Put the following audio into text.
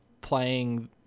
playing